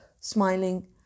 smiling